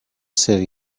city